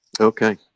okay